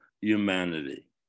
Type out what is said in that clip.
humanity